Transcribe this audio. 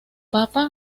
papa